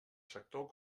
sector